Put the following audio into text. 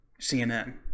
CNN